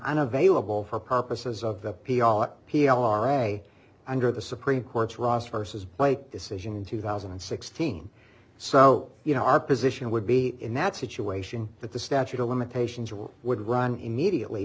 unavailable for purposes of the p r p r a under the supreme court's ross vs by decision in two thousand and sixteen so you know our position would be in that situation that the statute of limitations or would run immediately